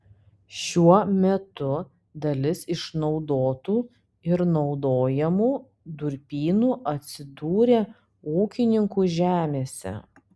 šiuo metu dalis išnaudotų ir naudojamų durpynų atsidūrė ūkininkų žemėse